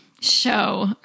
show